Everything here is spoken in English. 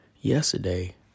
Yesterday